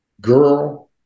girl